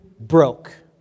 broke